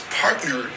partner